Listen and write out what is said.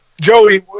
Joey